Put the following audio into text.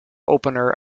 opener